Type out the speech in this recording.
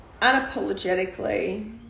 unapologetically